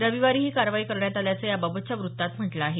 रविवारी ही कारवाई करण्यात आल्याचं याबाबतच्या व्रत्तात म्हटलं आहे